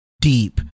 deep